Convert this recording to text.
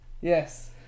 Yes